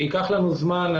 ייקח לנו זמן.